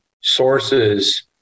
sources